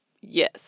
Yes